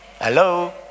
Hello